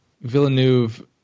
Villeneuve